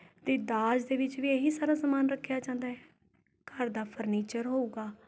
ਅਤੇ ਦਾਜ ਦੇ ਵਿੱਚ ਵੀ ਇਹੀ ਸਾਰਾ ਸਮਾਨ ਰੱਖਿਆ ਜਾਂਦਾ ਹੈ ਘਰ ਦਾ ਫ਼ਰਨੀਚਰ ਹੋਊਗਾ